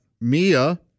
Mia